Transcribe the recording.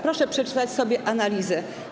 Proszę przeczytać sobie analizę.